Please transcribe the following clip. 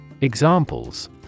Examples